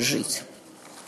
וכבוד נצח לכם,